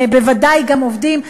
בוודאי גם עובדים,